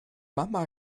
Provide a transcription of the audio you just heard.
mama